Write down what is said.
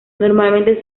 normalmente